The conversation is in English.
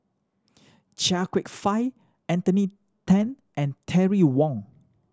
Chia Kwek Fah Anthony Then and Terry Wong